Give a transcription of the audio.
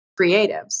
creatives